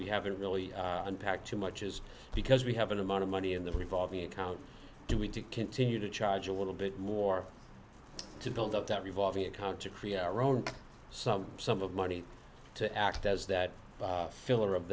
we haven't really unpacked too much is because we have an amount of money in the revolving account do we continue to charge a little bit more to build up that revolving account to create our own some sum of money to act as that filler of